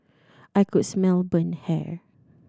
I could smell burnt hair